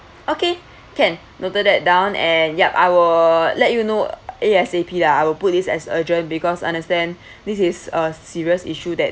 okay can noted that down and yup I will let you know A_S_A_P lah I will put this as urgent because understand this is a serious issue that